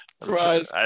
Surprise